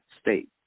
State